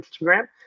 Instagram